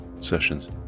sessions